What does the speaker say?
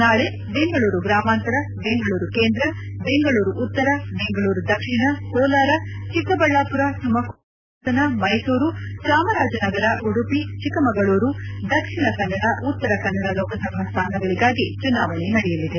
ನಾಳೆ ಬೆಂಗಳೂರು ಗ್ರಾಮಾಂತರ ಬೆಂಗಳೂರು ಕೇಂದ್ರ ಬೆಂಗಳೂರು ಉತ್ತರ ಬೆಂಗಳೂರು ದಕ್ಷಿಣ ಕೋಲಾರ ಚಿಕ್ಕಬಳ್ಯಾಪುರ ತುಮಕೂರು ಮಂಡ್ದ ಹಾಸನ ಮೈಸೂರು ಚಾಮರಾಜನಗರ ಉಡುಪಿ ಚಿಕ್ಕಮಗಳೂರು ದಕ್ಷಿಣ ಕನ್ನಡ ಉತ್ತರ ಕನ್ನಡ ಲೋಕಸಭಾ ಸ್ಥಾನಗಳಗಾಗಿ ಚುನಾವಣೆ ನಡೆಯಲಿದೆ